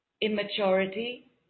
immaturity